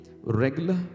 regular